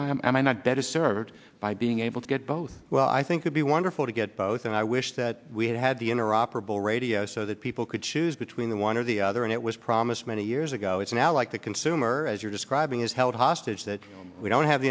i'm not better served by being able to get both well i think would be wonderful to get both and i wish that we had had the inner operable radio so that people could choose between one or the other and it was promised many years ago it's now like the consumer as you're describing is held hostage that we don't have